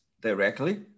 directly